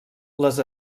les